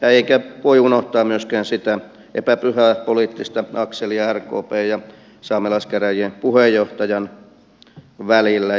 eikä voi unohtaa myöskään sitä epäpyhää poliittista akselia rkpn ja saamelaiskäräjien puheenjohtajan välillä